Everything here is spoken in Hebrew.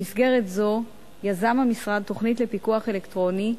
במסגרת זו יזם המשרד תוכנית לפיקוח אלקטרוני,